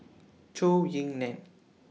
Zhou Ying NAN